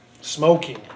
Smoking